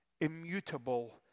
immutable